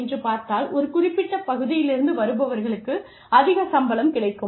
என்று பார்த்தால் ஒரு குறிப்பிட்ட பகுதியிலிருந்து வருபவர்களுக்கு அதிக சம்பளம் கிடைக்கும்